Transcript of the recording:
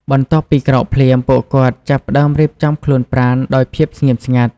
បន្ទាប់ពីក្រោកភ្លាម ពួកគាត់ចាប់ផ្តើមរៀបចំខ្លួនប្រាណដោយភាពស្ងៀមស្ងាត់។